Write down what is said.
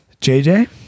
JJ